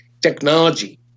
technology